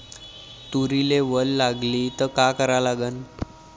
तुरीले वल लागली त का करा लागन?